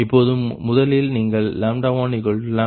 இப்பொழுது முதலில் நீங்கள் 1 1min0